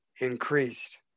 increased